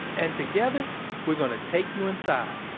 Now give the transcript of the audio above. and together we're going to take you inside